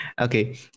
Okay